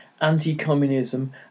anti-communism